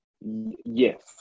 Yes